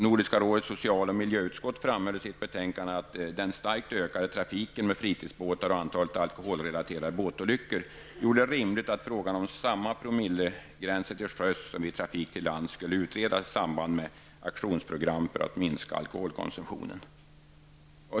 Nordiska rådets social och miljöutskott framhöll i sitt betänkande att den starkt ökande trafiken med fritidsbåtar och antalet alkoholrelaterade båtolyckor gjorde det rimligt att frågan om samma promillegränser till sjöss som vid trafik till lands skulle utredas i samband med aktionsprogrammet för att minska alkoholkonsumtionen.